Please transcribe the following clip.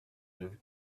with